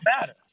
matter